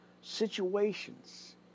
situations